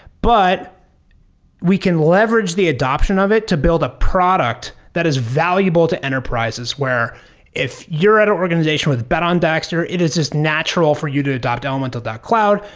but we can leverage the adoption of it to build a product that is valuable to enterprises, where if you're at organization with bet on dagster, it is just natural for you to adopt elementl cloud,